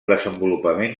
desenvolupament